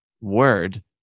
word